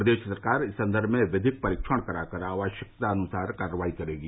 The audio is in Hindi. प्रदेश सरकार इस संदर्भ में विधिक परीक्षण कराकर आवश्यकतानुसार कार्रवाई करेगी